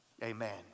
Amen